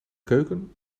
keuken